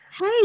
Hey